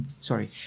Sorry